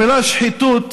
המילה "שחיתות"